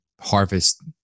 harvest